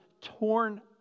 torn